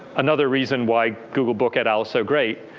another reason why google book et al is so great,